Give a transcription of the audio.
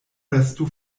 restu